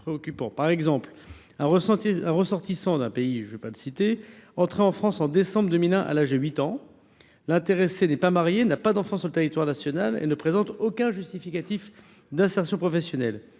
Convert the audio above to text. l’exemple d’un ressortissant d’un pays donné, entré en France en décembre 2001 à l’âge de 8 ans, qui n’est pas marié, n’a pas d’enfants sur le territoire national et ne présente aucun justificatif d’insertion professionnelle.